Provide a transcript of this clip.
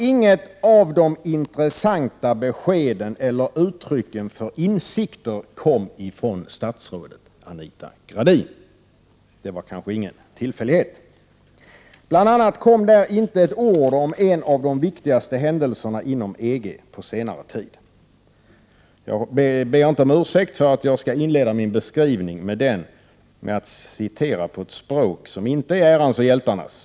Inget av de intressanta beskeden eller uttrycken för insikter kom ifrån statsrådet Anita Gradin. Det var kanske ingen tillfällighet. Bl.a. fanns det i hennes anförande inte ett ord om en av de viktigaste händelserna inom EG under senare tid. Jag ber inte om ursäkt för att jag skall inleda min beskrivning med att citera på ett språk, som inte är ärans och hjältarnas.